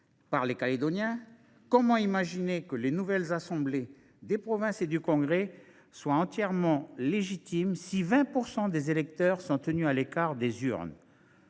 par les Calédoniens ? Comment imaginer que les nouvelles assemblées des provinces et du congrès soient pleinement légitimes si 20 % des électeurs sont tenus à l’écart des urnes ?